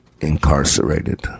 incarcerated